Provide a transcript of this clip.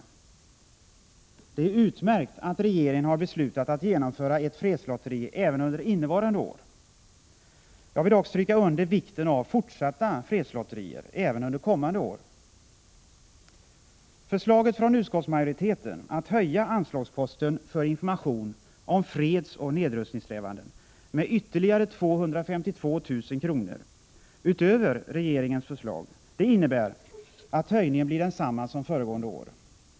Det är utmärkt att regeringen har beslutat att genomföra ett fredslotteri även under innevarande år. Jag vill dock stryka under vikten av fortsatta fredslotterier även under kommande år. Förslaget från utskottsmajoriteten att höja anslagsposten för Information om fredsoch nedrustningssträvanden med ytterligare 252 000 kr. utöver regeringens förslag innebär att höjningen blir densamma som föregående år.